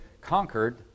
conquered